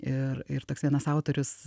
ir ir toks vienas autorius